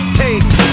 takes